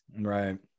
Right